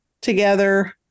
together